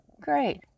great